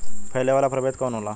फैले वाला प्रभेद कौन होला?